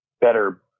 better